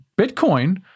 Bitcoin